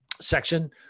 section